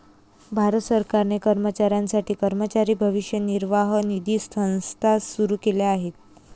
भारत सरकारने कर्मचाऱ्यांसाठी कर्मचारी भविष्य निर्वाह निधी संस्था सुरू केली आहे